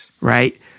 right